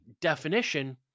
definition